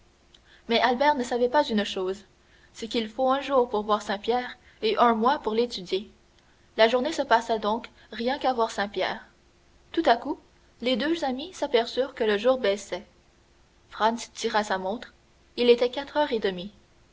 mais albert ne savait pas une chose c'est qu'il faut un jour pour voir saint-pierre et un mois pour l'étudier la journée se passa donc rien qu'à voir saint-pierre tout à coup les deux amis s'aperçurent que le jour baissait franz tira sa montre il était quatre heures et demie